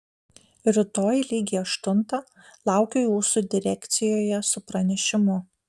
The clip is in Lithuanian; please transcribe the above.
rytoj lygiai aštuntą laukiu jūsų direkcijoje su pranešimu